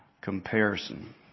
comparison